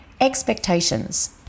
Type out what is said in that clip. expectations